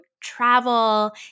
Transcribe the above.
travel